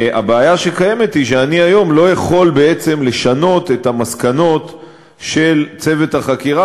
הבעיה היא שאני היום לא יכול בעצם לשנות את המסקנות של צוות החקירה,